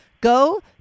Go